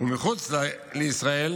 ומחוץ לישראל,